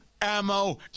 ammo